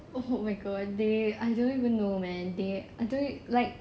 oh my god they I don't even know man they I don't ev~ like